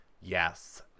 Yes